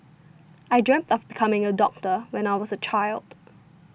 I dreamt of becoming a doctor when I was a child